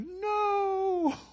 no